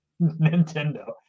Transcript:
nintendo